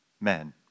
men